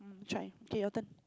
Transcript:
try okay your turn